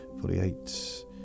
forty-eight